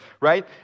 right